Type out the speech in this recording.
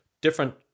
different